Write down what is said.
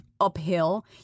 uphill